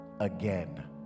Again